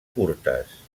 curtes